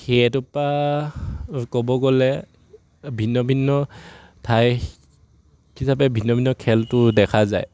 সেইটোৰপৰা ক'ব গ'লে ভিন্ন ভিন্ন ঠাই হিচাপে ভিন্ন ভিন্ন খেলটো দেখা যায়